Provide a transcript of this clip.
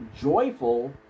joyful